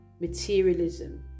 materialism